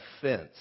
fence